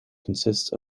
consists